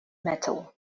metal